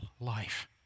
life